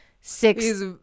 six